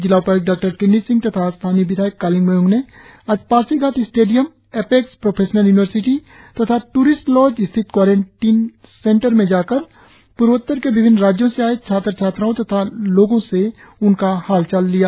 जिला उपाय्क्त डॉ किन्नी सिंह तथा स्थानीय विधायक कालिंग मोयोंग ने आज Pasighat stadium apex professional university तथा ट्रिस्ट लॉज स्थित क्वारेनटाइन सेंटर में जाकर पूर्वोत्तर के विभिन्न राज्यों से आये छात्र छात्राओ तथा लोगो से उनका हाल चाल लिया